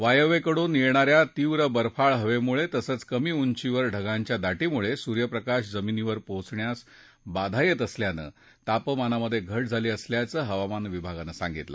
वायव्येकडून येणा या तीव्र बर्फाळ हवेमुळे तसंच कमी उंचीवर ढगांच्या दाटीमुळे सूर्यप्रकाश जमीनीवर पोचण्यास बाधा येत असल्यानं तापमानात घट झाली असल्याचं हवामान विभागानं सांगितलं